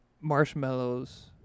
marshmallows